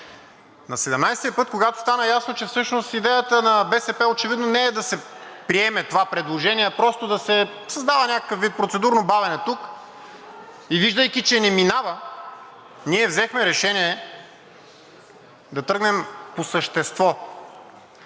път, когато стана ясно, че всъщност идеята на БСП очевидно не е да се приеме това предложение, а просто да се създава някакъв вид процедурно бавене тук, и виждайки, че не минава, ние взехме решение да тръгнем по същество.